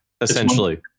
essentially